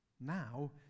Now